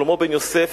שלמה בן-יוסף,